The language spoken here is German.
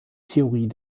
theorie